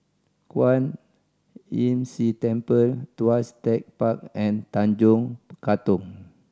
Kwan Imm See Temple Tuas Tech Park and Tanjong Katong